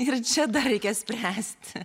ir čia dar reikia spręsti